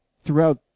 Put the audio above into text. throughout